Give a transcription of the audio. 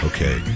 Okay